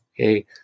Okay